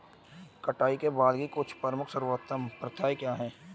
कटाई के बाद की कुछ प्रमुख सर्वोत्तम प्रथाएं क्या हैं?